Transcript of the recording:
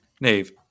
Nave